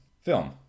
film